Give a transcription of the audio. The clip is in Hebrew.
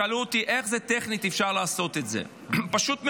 שאלו אותי איך אפשר לעשות את זה טכנית, פשוט מאוד,